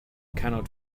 cannot